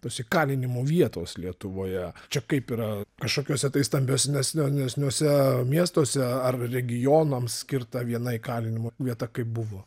tos įkalinimo vietos lietuvoje čia kaip yra kažkokiuose tai stambiasnes nesniuose miestuose ar regionams skirta viena įkalinimo vieta kaip buvo